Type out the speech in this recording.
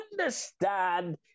understand